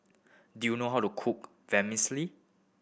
do you know how to cook Vermicelli